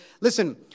listen